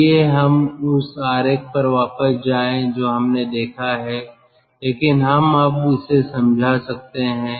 आइए हम उस आरेख पर वापस जाएं जो हमने देखा है लेकिन हम अब इसे समझा सकते हैं